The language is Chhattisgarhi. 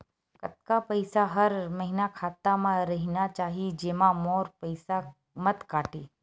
कतका पईसा हर महीना खाता मा रहिना चाही जेमा मोर पईसा मत काटे?